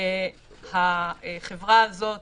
החברה הזאת